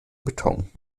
beton